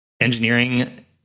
engineering